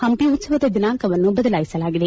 ಪಂಪಿ ಉತ್ಸವದ ದಿನಾಂಕವನ್ನು ಬದಲಾಯಿಸಲಾಗಿದೆ